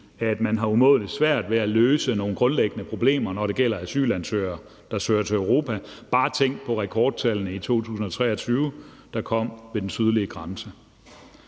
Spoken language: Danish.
at man har umådelig svært at løse nogle grundlæggende problemer, når det gælder asylansøgere, der søger til Europa. Bare tænk på rekordtallene i 2023, der kom ved den sydlige grænse.